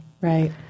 Right